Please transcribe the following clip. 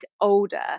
older